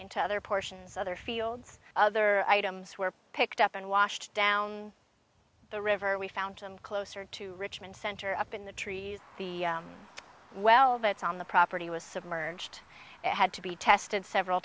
into other portions other fields other items were picked up and washed down the river we found them closer to richmond center up in the trees the well that's on the property was submerged and had to be tested several